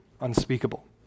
unspeakable